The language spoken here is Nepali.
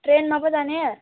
ट्रेनमा पो जाने